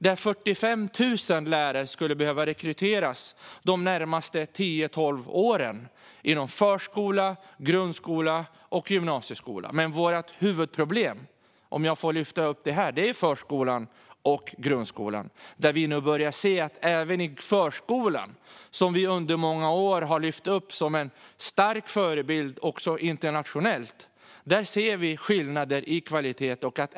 Det skulle behöva rekryteras 45 000 lärare inom förskola, grundskola och gymnasieskola de närmaste tio tolv åren. Vårt huvudproblem, om jag får lyfta upp det här, är förskolan och grundskolan. Även i förskolan, som vi under många år har lyft upp som en stark förebild också internationellt, börjar vi nu se skillnader i kvalitet.